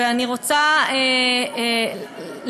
ואני רוצה להבהיר,